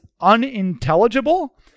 unintelligible